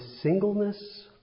singleness